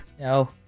No